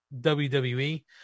WWE